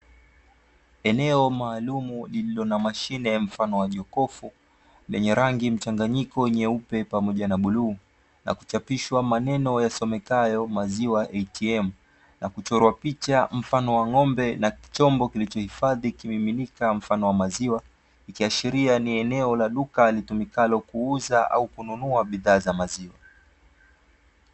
Eneo maalum lililo na mashine ya mfano wa jokofu, lenye rangi mchanganyiko nyeupe pamoja na buluu na kuchapishwa maneno yasomekayo: "maziwa ATM", na kuchora picha mfano wa ng'ombe na chombo kilichohifadhi kimiminika mfano wa maziwa, ikiashiria ni eneo la duka litumikalo kuuza au kununua bidhaa za maziwa.